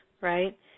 right